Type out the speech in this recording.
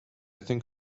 think